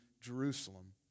Jerusalem